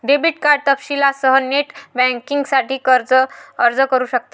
debit card तपशीलांसह net बँकिंगसाठी अर्ज करू शकतात